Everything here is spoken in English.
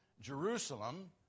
Jerusalem